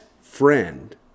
friend